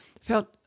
felt